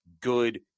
good